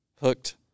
hooked